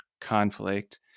conflict